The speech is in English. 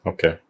Okay